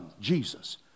Jesus